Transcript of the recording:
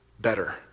better